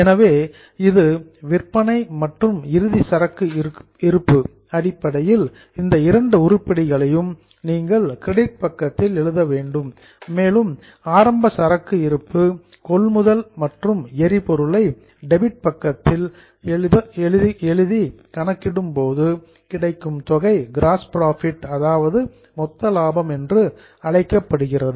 எனவே இப்போது சேல்ஸ் விற்பனை மற்றும் கிளோசிங் ஸ்டாக் இறுதி சரக்கு இருப்பு அடிப்படையில் இந்த இரண்டு உருப்படிகளையும் நீங்கள் கிரெடிட் பக்கத்தில் எழுத வேண்டும் மேலும் ஓபனிங் ஸ்டாக் ஆரம்ப சரக்கு இருப்பு பர்ச்சேஸ்சஸ் கொள்முதல் மற்றும் ஃப்யூல் எரிபொருளை டெபிட் பக்கத்தில் எழுதி கணக்கிடும் போது கிடைக்கும் தொகை கிராஸ் புரோஃபிட் மொத்த லாபம் என்று அழைக்கப்படுகிறது